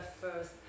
first